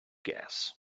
gas